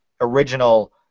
original